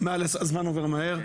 הזמן עובר מהר,